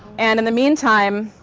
and in the meantime,